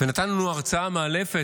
ונתן לנו הרצאה מאלפת,